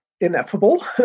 ineffable